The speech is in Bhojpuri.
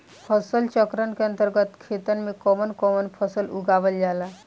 फसल चक्रण के अंतर्गत खेतन में कवन कवन फसल उगावल जाला?